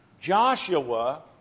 Joshua